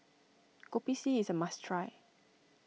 Kopi C is a must try